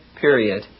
period